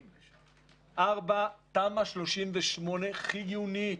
ארבע, תמ"א 38 חיונית,